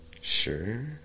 sure